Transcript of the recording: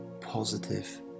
positive